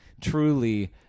truly